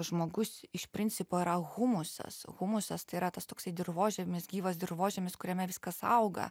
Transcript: žmogus iš principo yra humusas humusas tai yra tas toksai dirvožemis gyvas dirvožemis kuriame viskas auga